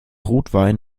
rotwein